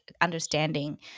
understanding